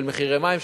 מחירי מים,